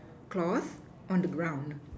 cloth on the ground